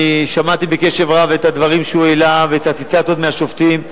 שמעתי בקשב רב את הדברים שהוא העלה ואת הציטטות מהשופטים,